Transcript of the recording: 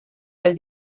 del